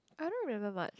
I don't remember much